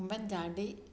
Oommen Chandy